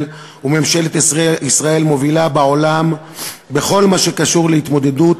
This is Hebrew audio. וממשלת ישראל מובילות בעולם בכל מה שקשור להתמודדות